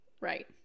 Right